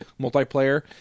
multiplayer